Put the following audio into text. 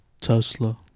Tesla